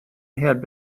had